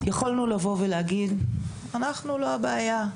יכולנו לבוא ולהגיד אנחנו לא הבעיה,